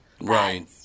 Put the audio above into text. right